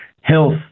health